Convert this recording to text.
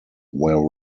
where